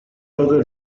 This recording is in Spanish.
todo